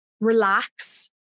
relax